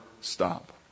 stop